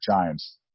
Giants